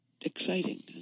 exciting